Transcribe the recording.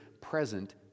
present